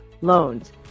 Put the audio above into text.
loans